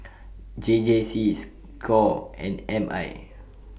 J J C SCORE and M I